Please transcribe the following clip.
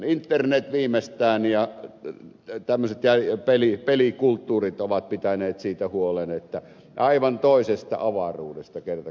internet viimeistään ja tämmöiset pelikulttuurit ovat pitäneet siitä huolen että he ovat aivan toisesta avaruudesta kerta kaikkiaan